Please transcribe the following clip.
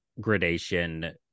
gradation